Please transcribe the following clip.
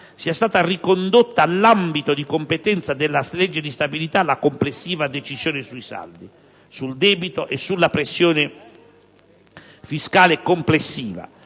sia stata ricondotta all'ambito di competenza della legge di stabilità la complessiva decisione sui saldi, sul debito e sulla pressione fiscale complessiva,